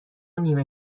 نیمه